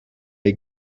les